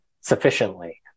sufficiently